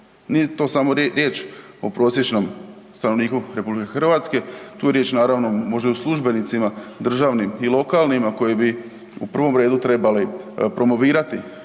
Ni to samo riječ o prosječnom stanovniku RH, tu riječ naravno može u službenicima državnim i lokalnima koji bi u prvom redu trebali promovirati